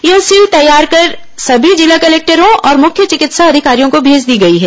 यह सील तैयार कर सभी जिला कलेक्टरों और मुख्य चिकित्सा अधिकारियों को भेज दी गई है